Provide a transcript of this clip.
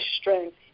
strength